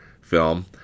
film